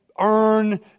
earn